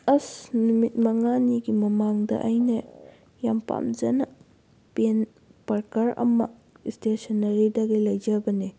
ꯑꯁ ꯅꯨꯃꯤꯠ ꯃꯉꯥꯅꯤꯒꯤ ꯃꯃꯥꯡꯗ ꯑꯩꯅ ꯌꯥꯝ ꯄꯥꯝꯖꯅ ꯄꯦꯟ ꯄꯥꯔꯀꯔ ꯑꯃ ꯏꯁꯇꯦꯁꯟꯅꯔꯤꯗꯒꯤ ꯂꯩꯖꯕꯅꯤ